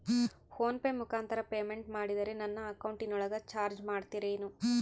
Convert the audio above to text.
Phone pay ಮುಖಾಂತರ payment ಮಾಡಿದರೆ ನನ್ನ ಅಕೌಂಟಿನೊಳಗ ಚಾರ್ಜ್ ಮಾಡ್ತಿರೇನು?